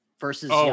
versus